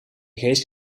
geest